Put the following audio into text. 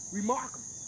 Remarkable